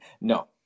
no